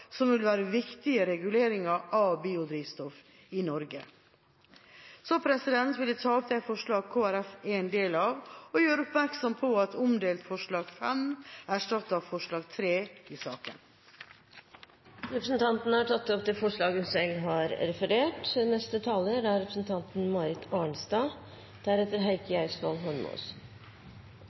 som vil være viktig i reguleringen av biodrivstoff i Norge. Så vil jeg ta opp det forslaget Kristelig Folkeparti er en del av, og gjøre oppmerksom på at omdelt forslag nr. 5 erstatter forslag nr. 3 i saken. Representanten Rigmor Andersen Eide har tatt opp forslaget hun